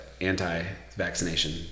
anti-vaccination